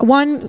one